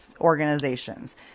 organizations